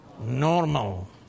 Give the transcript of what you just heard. Normal